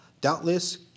doubtless